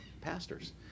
pastors